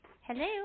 Hello